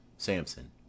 Samson